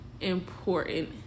important